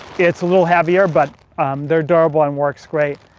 it's a little heavier, but they're durable and works great.